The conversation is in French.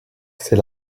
c’est